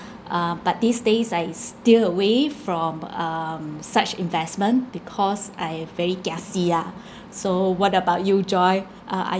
uh but these days I steer away from um such investment because I am very kiasi ah so what about you joy uh are